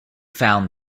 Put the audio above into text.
found